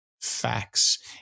facts